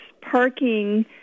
parking